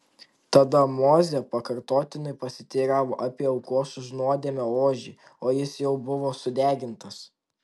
tada mozė pakartotinai pasiteiravo apie aukos už nuodėmę ožį o jis jau buvo sudegintas